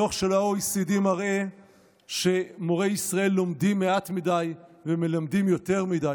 דוח של ה-OECD מראה שמורי ישראל לומדים מעט מדי ומלמדים יותר מדי.